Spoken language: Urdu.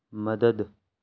مدد